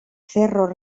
cerro